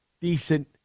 decent